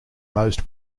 most